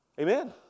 Amen